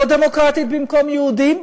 לא דמוקרטית במקום יהודית,